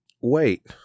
wait